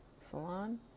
salon